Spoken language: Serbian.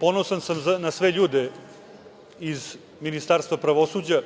ponosan sam na sve ljude iz Ministarstva pravosuđa